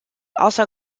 also